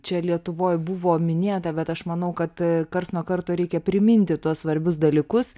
čia lietuvoj buvo minėta bet aš manau kad karts nuo karto reikia priminti tuos svarbius dalykus